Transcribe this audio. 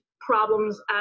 problems